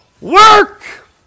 work